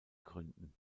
gründen